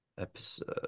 Episode